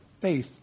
faith